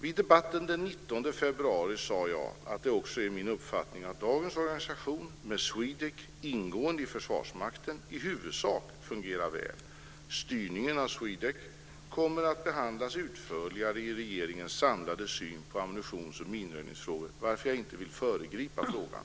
Vid debatten den 19 februari sade jag att det också är min uppfattning att dagens organisation, med SWEDEC ingående i Försvarsmakten, i huvudsak fungerar väl. Styrningen av SWEDEC kommer att behandlas utförligare i regeringens samlade syn på ammunitions och minröjningsfrågor, varför jag inte vill föregripa frågan.